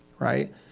Right